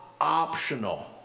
optional